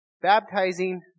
baptizing